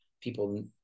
people